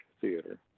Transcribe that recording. theater